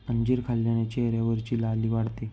अंजीर खाल्ल्याने चेहऱ्यावरची लाली वाढते